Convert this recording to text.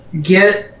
get